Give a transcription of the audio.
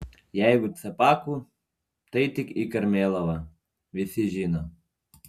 jeigu cepakų tai tik į karmėlavą visi žino